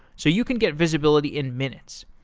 so you can get visibility in minutes.